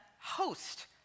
host